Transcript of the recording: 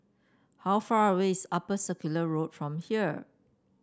how far away is Upper Circular Road from here